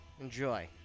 Enjoy